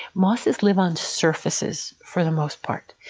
mosses live on surfaces for the most part.